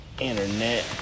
internet